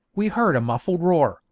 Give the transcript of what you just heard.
we heard a muffled roar,